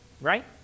right